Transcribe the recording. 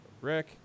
Rick